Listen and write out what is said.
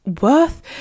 worth